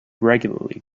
regularly